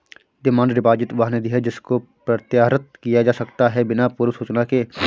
demand deposit वह निधि है जिसको प्रत्याहृत किया जा सकता है बिना पूर्व सूचना के